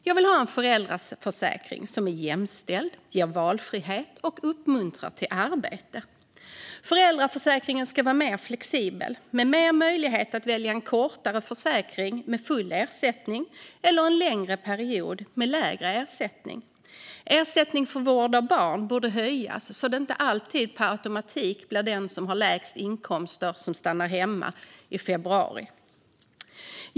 Jag vill ha en föräldraförsäkring som är jämställd, ger valfrihet och uppmuntrar till arbete. Föräldraförsäkringen ska vara mer flexibel och ge bättre möjligheter att välja mellan en kortare försäkring med full ersättning och en längre period med lägre ersättning. Ersättningen för vård av barn borde höjas så att det inte alltid per automatik blir den som har lägst inkomst som stannar hemma i februari.